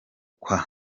kwa